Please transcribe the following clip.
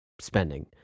spending